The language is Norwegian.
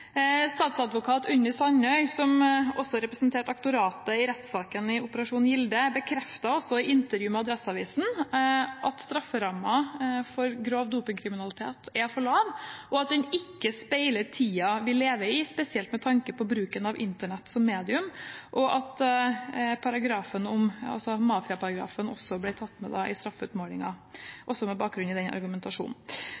Statsadvokat Unni Sandøy, som også representerte aktoratet i rettssaken i Operasjon Gilde, bekreftet i intervju med Adresseavisen at strafferammen for grov dopingkriminalitet er for lav, og at den ikke speiler tiden vi lever i, spesielt med tanke på bruken av Internett som medium, og at mafiaparagrafen også ble tatt med i straffeutmålingen, også med bakgrunn i